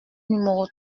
numéro